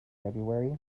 february